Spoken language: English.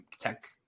tech